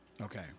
okay